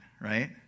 right